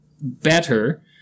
better